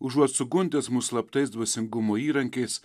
užuot sugundęs mus slaptais dvasingumo įrankiais